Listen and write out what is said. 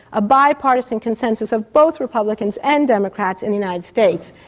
a bipartisan consensus of both republicans and democrats in the united states.